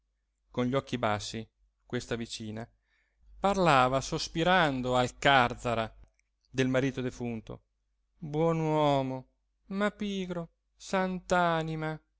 con gli occhi bassi questa vicina parlava sospirando al càrzara del marito defunto buon uomo ma pigro sant'anima